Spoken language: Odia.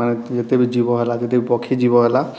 ମାନେ ଯେତେ ବି ଜୀବ ହେଲା ଯେତେ ବି ପକ୍ଷୀ ଜୀବ ହେଲା